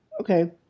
okay